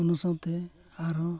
ᱚᱱᱟ ᱥᱟᱶᱛᱮ ᱟᱨᱦᱚᱸ